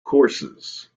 courses